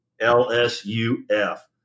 L-S-U-F